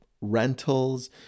rentals